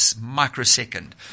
microsecond